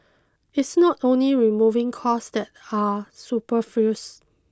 it's not only removing costs that are superfluous